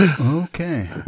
okay